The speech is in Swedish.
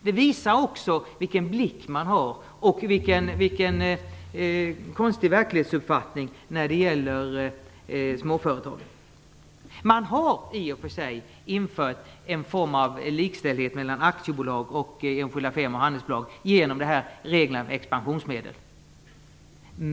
Det visar också vilken blick de har och vilken konstig verklighetsuppfattning de har när det gäller småföretagen. Det har i och för sig införts en form av likställdhet mellan aktiebolag och enskilda firmor och handelsbolag genom reglerna om expansionsmedel.